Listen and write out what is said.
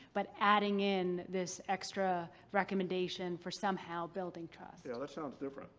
but adding in this extra recommendation for somehow building trust. yeah, that sounds different